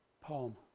poem